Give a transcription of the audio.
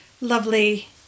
lovely